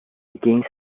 begins